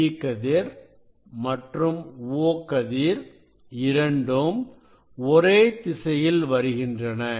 E கதிர் மற்றும் O கதிர் இரண்டும் ஒரே திசையில் வருகின்றன